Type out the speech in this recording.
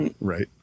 Right